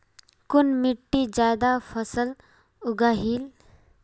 कुन मिट्टी ज्यादा फसल उगहिल?